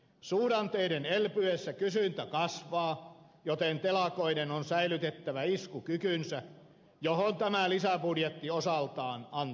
suhdanteiden elpyessä kysyntä kasvaa joten telakoiden on säilytettävä iskukykynsä mihin tämä lisäbudjetti osaltaan antaa tukea